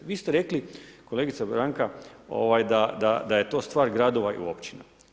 Vi ste rekli kolegice Branka da je to stvar gradova i općina.